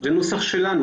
זה נוסח שלנו.